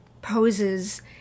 poses